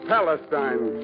Palestine